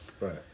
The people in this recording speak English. Right